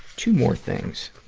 two more things.